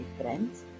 friends